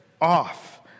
off